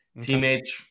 teammates